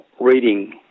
reading